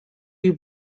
you